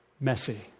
Messy